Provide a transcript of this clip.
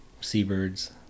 seabirds